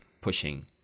pushing